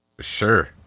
Sure